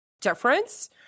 difference